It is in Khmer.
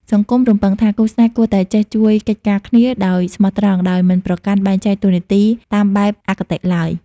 សង្គមរំពឹងថា គូស្នេហ៍គួរតែ "ចេះជួយកិច្ចការគ្នា" ដោយស្មោះត្រង់ ដោយមិនប្រកាន់បែងចែកតួនាទីតាមបែបអគតិឡើយ។